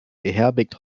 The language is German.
beherbergt